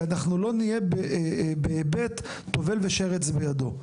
כי אנחנו לא נהיה בהיבט טובל ושרץ בידו.